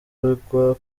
uregwa